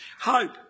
Hope